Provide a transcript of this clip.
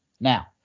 Now